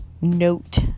note